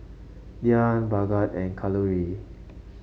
Dhyan Bhagat and Kalluri